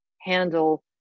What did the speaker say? handle